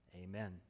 amen